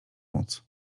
móc